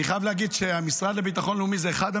אני רוצה לשאול אותך, אדוני